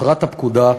מטרת הפקודה,